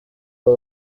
aba